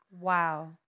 Wow